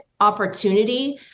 opportunity